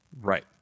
Right